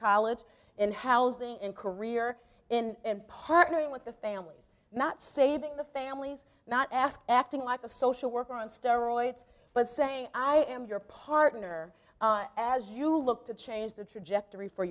college in housing and career and partnering with the families not saving the families not ask acting like a social worker on steroids but saying i am your partner as you look to change the trajectory for